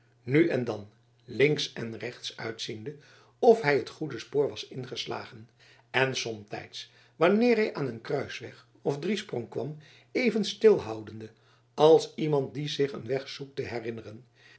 nu en dan links en rechts uitziende of hij het goede spoor was ingeslagen en somtijds wanneer hij aan een kruisweg of driesprong kwam even stilhoudende als iemand die zich een weg zoekt te herinneren